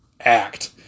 act